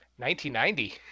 1990